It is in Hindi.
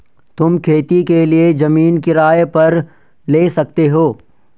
तुम खेती के लिए जमीन किराए पर भी ले सकते हो